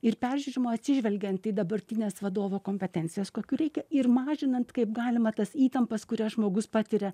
ir peržiūrima atsižvelgiant į dabartines vadovo kompetencijas kokių reikia ir mažinant kaip galima tas įtampas kurias žmogus patiria